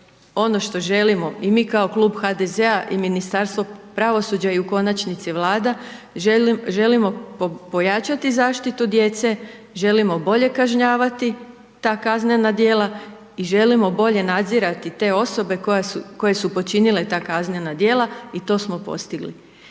ono što želimo i mi kao klub HDZ-a i Ministarstvo pravosuđa i u konačnici Vlada, želimo pojačati zaštitu djece, želimo bolje kažnjavati ta kaznena djela i želimo bolje nadzirati te osobe koje su počinile ta kaznena dijela i to smo postigli.